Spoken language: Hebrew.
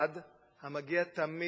המגיע תמיד,